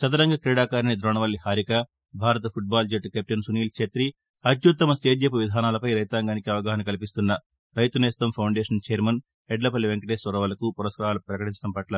చదరంగ క్రీడాకారిణి దోణవల్లి హారిక భారత ఫుట్బాల్ జట్టు కెప్టెన్ సునీల్ఛత్తి అత్యుత్తమ సేద్యపు విధానాలపై రైతాంగానికి అవగాహన కల్పిస్తున్న రైతు నేస్తం ఫౌండేషన్ వైర్మన్ యద్లపల్లి వెంకటేశ్వరరావులకు పురస్కారాలు పకటించడం పట్ల